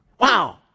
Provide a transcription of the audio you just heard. Wow